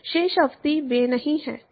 शेष अवधि वे नहीं हैं